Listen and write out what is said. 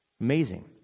Amazing